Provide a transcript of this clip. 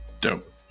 Dope